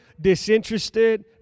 disinterested